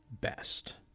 best